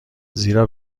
زیرا